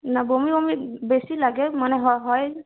না বমি বমি বেশি লাগে মানে হয়